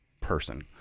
person